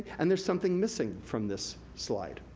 and there's something missing from this slide.